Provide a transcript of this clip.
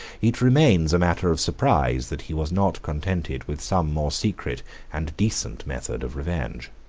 it remains a matter of surprise that he was not contented with some more secret and decent method of revenge.